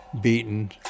beaten